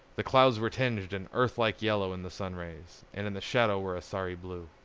the clouds were tinged an earthlike yellow in the sunrays and in the shadow were a sorry blue.